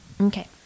Okay